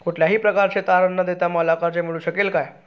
कुठल्याही प्रकारचे तारण न देता मला कर्ज मिळू शकेल काय?